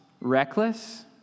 reckless